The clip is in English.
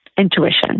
intuition